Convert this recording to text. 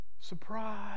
Surprise